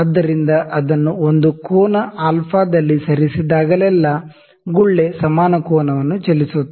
ಆದ್ದರಿಂದ ಅದನ್ನು ಒಂದು ಕೋನ ಅಲ್ಫಾ α ದಲ್ಲಿ ಸರಿಸಿದಾಗಲೆಲ್ಲಾ ಗುಳ್ಳೆ ಸಮಾನ ಕೋನವನ್ನು ಚಲಿಸುತ್ತದೆ